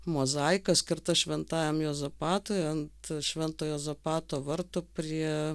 mozaika skirta šventajam juozapatui ant švento juozapato vartų prie